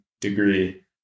degree